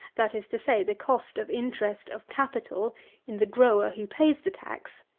that is to say, the cost of interest of capital in the grower who pays the tax,